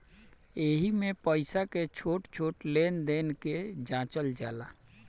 एइमे पईसा के छोट छोट लेन देन के जाचल जाला